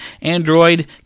Android